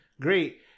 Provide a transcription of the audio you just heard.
great